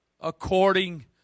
according